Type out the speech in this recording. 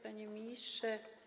Panie Ministrze!